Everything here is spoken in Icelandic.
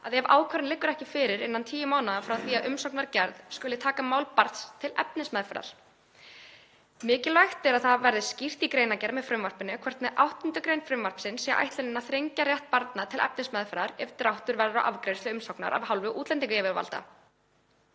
að ef ákvörðun liggur ekki fyrir innan 10 mánaða frá því að umsókn var gerð skuli taka mál barns til efnismeðferðar. Mikilvægt er að það verði skýrt í greinargerð með frumvarpinu hvort með 8. grein frumvarpsins sé ætlunin að þrengja rétt barna til efnismeðferðar ef dráttur verður á afgreiðslu umsóknar af hálfu útlendingayfirvalda.